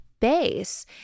base